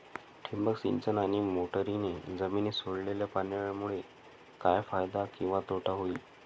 ठिबक सिंचन आणि मोटरीने जमिनीत सोडलेल्या पाण्यामुळे काय फायदा किंवा तोटा होईल?